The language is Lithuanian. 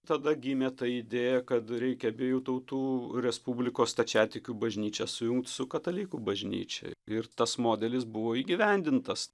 tada gimė ta idėja kad reikia abiejų tautų respublikos stačiatikių bažnyčią sujungt su katalikų bažnyčia ir tas modelis buvo įgyvendintas